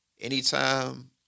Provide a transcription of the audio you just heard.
anytime